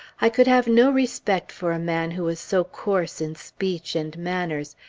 i could have no respect for a man who was so coarse in speech and manners,